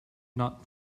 not